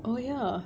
oh ya